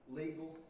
legal